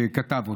שכתב אותו.